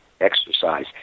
exercise